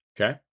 Okay